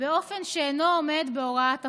באופן שאינו עומד בהוראת החוק,